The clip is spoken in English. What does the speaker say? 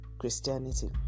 Christianity